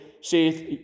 ...saith